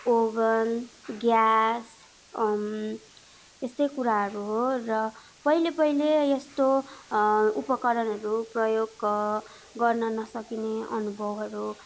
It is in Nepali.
ओभन ग्यास यस्तै कुराहरू हो र पहिले पहिले यस्तो उपकरणहरू प्रयोग गर्न नसकिने अनुभवहरू